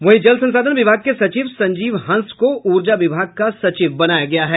वहीं जल संसाधन विभाग के सचिव संजीव हंस को ऊर्जा विभाग का सचिव बनाया गया है